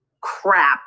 crap